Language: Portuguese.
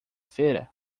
feira